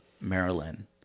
maryland